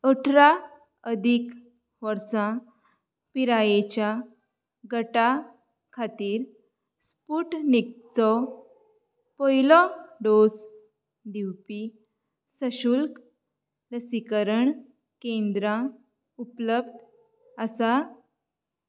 अठरा अदीक वर्सां पिरायेच्या गटा खातीर स्पुटनिकचो पयलो डोस दिवपी सशुल्क लसीकरण केंद्रां उपलब्ध आसा